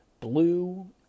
blue